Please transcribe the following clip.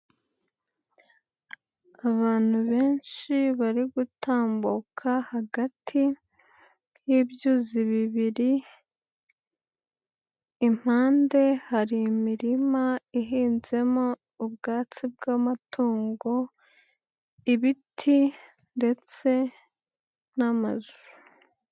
Abantu benshi bari gutambuka hagati y'ibyuzi bibiri, impande hari imirima ihinzemo ubwatsi bw'amatungo, ibiti ndetse n'amazu.